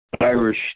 Irish